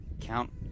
Count